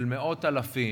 של מאות אלפים,